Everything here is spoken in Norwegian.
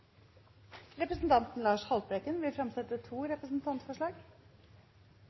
Representanten Lars Haltbrekken vil fremsette to representantforslag.